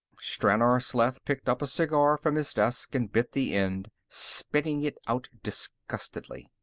stranor sleth picked up a cigar from his desk and bit the end, spitting it out disgustedly.